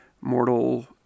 mortal